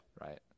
Right